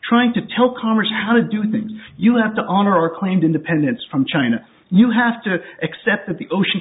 trying to tell congress how to do things you have to honor our claimed independence from china you have to accept that the ocean